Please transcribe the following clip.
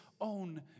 own